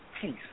peace